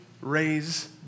raise